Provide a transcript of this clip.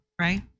right